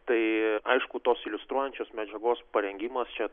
tai aišku tos iliustruojančios medžiagos parengimas čia